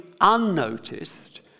unnoticed